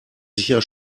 sicher